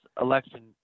election